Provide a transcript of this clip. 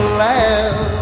laugh